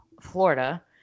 florida